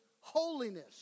holiness